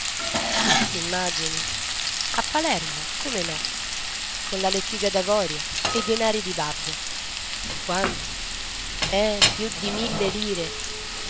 che s'immagini a palermo come no con la lettiga d'avorio e i denari di babbo quanti eh più di mille lire